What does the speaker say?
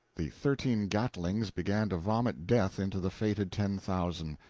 the thirteen gatlings began to vomit death into the fated ten thousand.